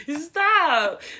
Stop